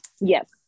Yes